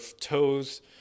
toes